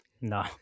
No